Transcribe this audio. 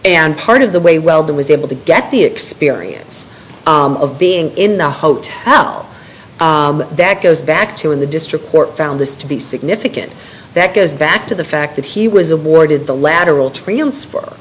and part of the way well that was able to get the experience of being in the hotel that goes back to when the district court found this to be significant that goes back to the fact that he was awarded the lateral transfer